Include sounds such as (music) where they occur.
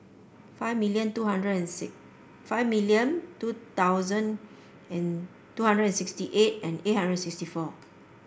five million two hundred and (unintelligible) five million two thousand and two hundred and sixty eight and eight hundred and sixty four